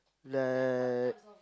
like